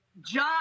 job